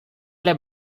alle